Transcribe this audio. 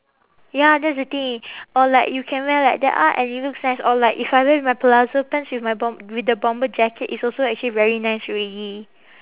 ya that's the thing or like you can wear like that ah and it looks nice or like if I wear with my palazzo pants with my bomb~ with the bomber jacket it's also actually very nice already